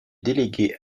délégué